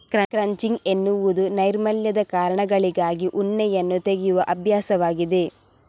crutching ಎನ್ನುವುದು ನೈರ್ಮಲ್ಯದ ಕಾರಣಗಳಿಗಾಗಿ ಉಣ್ಣೆಯನ್ನು ತೆಗೆಯುವ ಅಭ್ಯಾಸವಾಗಿದೆ